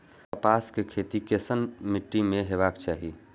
कपास के खेती केसन मीट्टी में हेबाक चाही?